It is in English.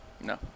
No